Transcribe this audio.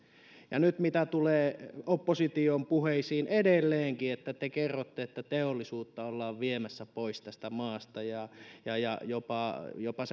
ja mitä tulee opposition puheisiin nyt edelleenkin te kerrotte että teollisuutta ollaan viemässä pois tästä maasta ja ja että jopa